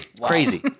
crazy